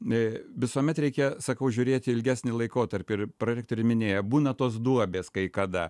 visuomet reikia sakau žiūrėti ilgesnį laikotarpį ir prorektorė minėjo būna tos duobės kai kada